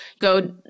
go